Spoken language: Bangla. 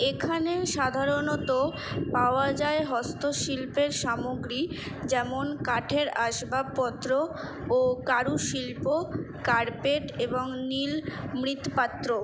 এখানে সাধারণত পাওয়া যায় হস্তশিল্পের সামগ্রী যেমন কাঠের আসবাবপত্র ও কারুশিল্প কার্পেট এবং নীল মৃৎপাত্র